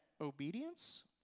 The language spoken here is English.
obedience